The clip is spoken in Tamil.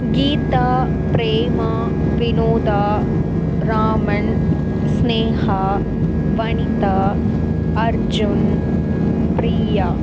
கீதா பிரேமா வினோதா ராமன் சினேகா வனிதா அர்ஜுன் பிரியா